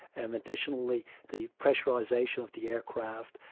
and additionally the pressurisation of the aircraft,